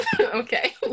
Okay